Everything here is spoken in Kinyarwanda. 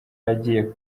agiye